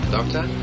Doctor